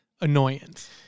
annoyance